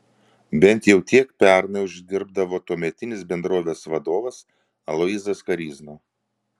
bent jau tiek pernai uždirbdavo tuometinis bendrovės vadovas aloyzas koryzna